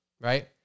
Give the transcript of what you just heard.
right